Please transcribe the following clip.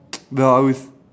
no I would s~